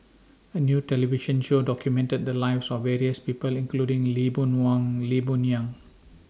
A New television Show documented The Lives of various People including Lee Boon Wang Lee Boon Yang